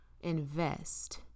invest